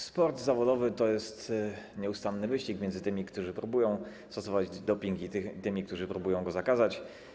Sport zawodowy to jest nieustanny wyścig między tymi, którzy próbują stosować doping, i tymi, którzy próbują go zakazać.